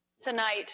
tonight